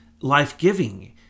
life-giving